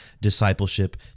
discipleship